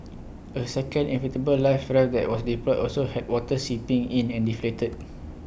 A second inflatable life raft that was deployed also had water seeping in and deflated